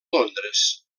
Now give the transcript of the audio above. londres